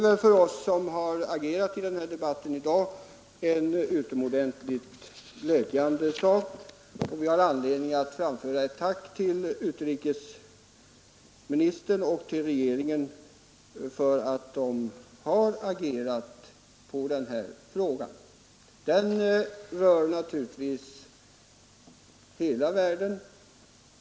Det är för oss som har deltagit i den här debatten i dag en utomordentligt glädjande sak, och vi har anledning att framföra ett tack till utrikesministern och till regeringen för att de har agerat i den här frågan. Den rör naturligtvis hela världen.